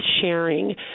sharing